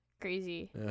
Crazy